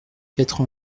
quatre